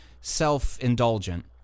self-indulgent